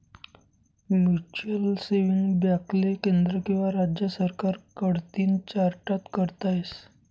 mutual saving बॅकले केंद्र किंवा राज्य सरकार कडतीन चार्टट करता येस